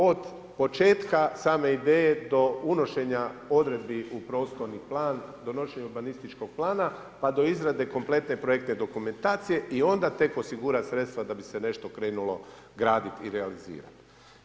Od početka same ideje, do unošenja odredbi u prostorni plan, donošenje urbanističkog plana, pa do izrade kompletne projektne dokumentacije i onda tek osigurati sredstva da bi se nešto krenulo graditi i organizirati.